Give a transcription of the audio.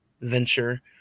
venture